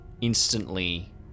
instantly